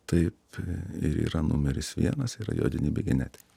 taip ir yra numeris vienas yra jo denybė genetika